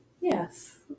Yes